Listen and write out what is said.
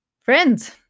Friends